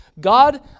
God